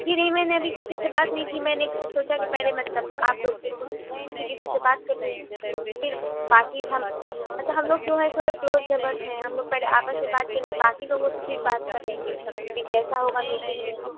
جی نہیں میں نے ابھی کسی سے بات نہیں کی میں نے سوچا کے پہلے مطلب آپ لوگ سے کچھ کسی کسی سے بات کر لوں پھر باقی ہم مطلب ہم لوگ جو ہیں تھوڑے کلوز نیبرس ہیں آپس میں بات کر لیں باقی لوگوں سے پھر بات کر لیں گے جی جیسا ہوگا میٹینگ میں